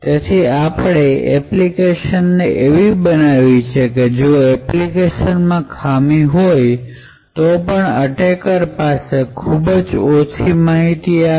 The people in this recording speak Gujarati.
તેથી આપણે એપ્લિકેશન એવી બનાવી છે કે જો એપ્લિકેશનમાં ખામી હોય તોપણ એ ખામી ને કારણે અટેકર પાસે ખૂબ જ ઓછી માહિતી આવે